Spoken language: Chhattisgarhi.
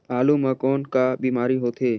आलू म कौन का बीमारी होथे?